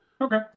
okay